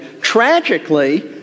tragically